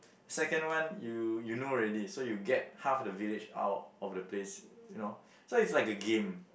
second one you you know already so you get half the village out of the place you know so it's like a game